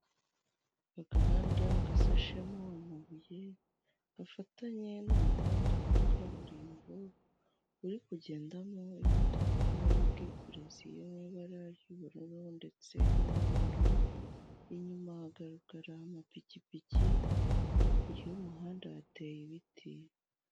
Agahanda gasashemo amabuye gafatanye n'umuhanda wa kaburimbo uri kugendamo imodoka y'ubwikorezi n'ibara ry'ubururu ndetse n'umweru n'inyuma hagaragara amapikipiki hakurya y'umuhanda hateye ibiti.